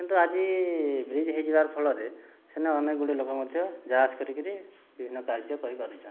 କିନ୍ତୁ ଆଜି ବ୍ରିଜ୍ ହୋଇଯିବାର ଫଳରେ ସେଣେ ଅନେକଗୁଡ଼ିଏ ଲୋକ ମଧ୍ୟ ଯା' ଆସ କରିକରି ବିଭିନ୍ନ କାର୍ଯ୍ୟ କରିପାରୁଛନ୍ତି